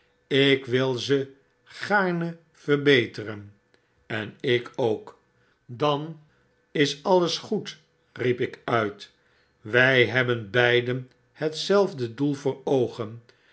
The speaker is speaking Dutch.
ik wil ze gaarne verbeteren en ik ook dan is alles goed riep ik uit wy hebben beiden hetzelfde doel voor oogen